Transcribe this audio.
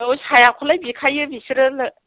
औ सायाखौलाय बिखायो बिसोरो